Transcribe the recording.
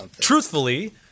truthfully